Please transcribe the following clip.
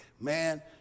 Man